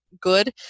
good